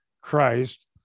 Christ